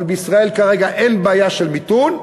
אבל בישראל כרגע אין בעיה של מיתון,